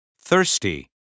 Thirsty